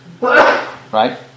Right